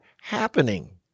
happening